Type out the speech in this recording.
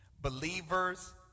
believers